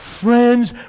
friends